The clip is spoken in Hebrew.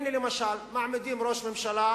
הנה למשל, מעמידים ראש ממשלה